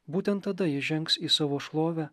būtent tada įžengs į savo šlovę